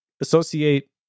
associate